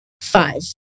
five